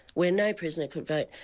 where no prisoner could vote.